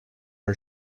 her